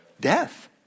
Death